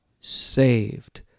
saved